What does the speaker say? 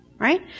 Right